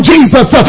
Jesus